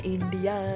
India।